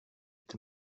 est